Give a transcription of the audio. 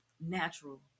natural